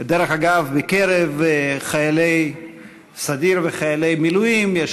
ודרך אגב, בקרב חיילי הסדיר וחיילי המילואים יש